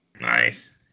Nice